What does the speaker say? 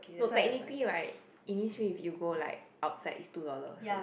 no technically right Innisfree if you go like outside is two dollar also